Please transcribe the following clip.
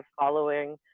following